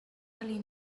really